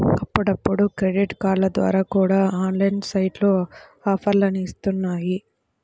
అప్పుడప్పుడు క్రెడిట్ కార్డుల ద్వారా కూడా ఆన్లైన్ సైట్లు ఆఫర్లని ఇత్తన్నాయి